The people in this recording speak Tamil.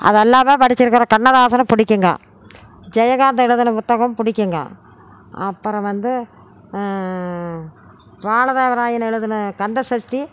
அதை எல்லாம் படிச்சிருக்கிறன் கண்ணதாசனை பிடிக்குங்க ஜெயகாந்தன் எழுதின புத்தகம் பிடிக்குங்க அப்புறம் வந்து பாலதேவராயன் எழுதின கந்தசஷ்டி